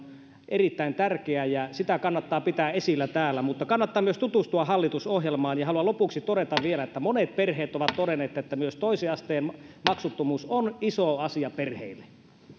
erittäin tärkeä ja sitä kannattaa pitää esillä täällä mutta kannattaa myös tutustua hallitusohjelmaan haluan lopuksi todeta vielä että monet perheet ovat todenneet että myös toisen asteen maksuttomuus on iso asia perheille